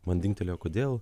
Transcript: man dingtelėjo kodėl